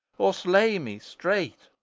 or slay me straight,